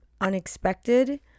unexpected